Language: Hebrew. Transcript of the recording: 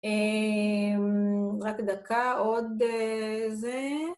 רק דקה, עוד אאא זה?